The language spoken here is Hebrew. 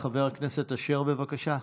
חבר הכנסת אשר, בבקשה.